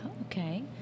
Okay